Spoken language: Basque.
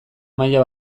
maila